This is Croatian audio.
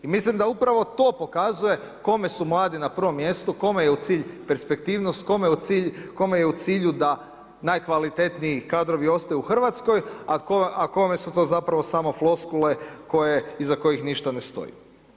I mislim da upravo to pokazuje kome su mladi na prvom mjestu, kome je cilj perspektivnost, kome je u cilju da najkvalitetniji kadrovi ostaju u Hrvatskoj a kome su to zapravo samo floskule iza kojih ništa ne stoji.